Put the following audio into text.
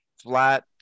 flat